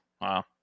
Wow